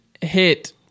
hit